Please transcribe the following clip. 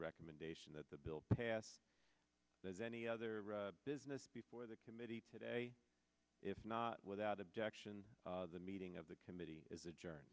recommendation that the bill passed that any other business before the committee today if not without objection the meeting of the committee is adjourn